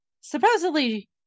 supposedly